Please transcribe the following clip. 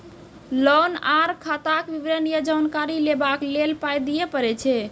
Loan आर खाताक विवरण या जानकारी लेबाक लेल पाय दिये पड़ै छै?